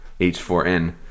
H4n